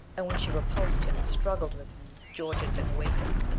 and when she repulsed him, struggled with him, george had been awakened.